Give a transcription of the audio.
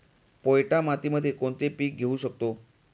पोयटा मातीमध्ये कोणते पीक घेऊ शकतो?